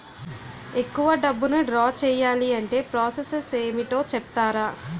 ఎక్కువ డబ్బును ద్రా చేయాలి అంటే ప్రాస సస్ ఏమిటో చెప్తారా?